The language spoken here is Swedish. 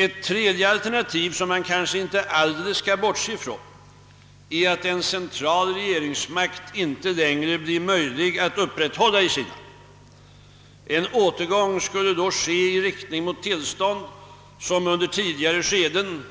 Ett tredje alternativ, som man kanske inte alldeles skall bortse ifrån, är att en central regeringsmakt inte längre blir möjlig att upprätthålla i Kina. En återgång skulle då ske i riktning mot tillstånd som under tidigare skeden